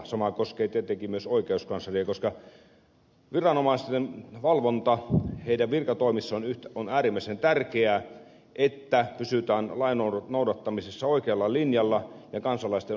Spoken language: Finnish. sama koskee tietenkin myös oikeuskansleria koska viranomaisten valvonta heidän virkatoimissaan on äärimmäisen tärkeää että pysytään lain noudattamisessa oikealla linjalla ja kansalaisten oikeusturva taataan